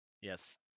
Yes